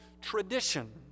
tradition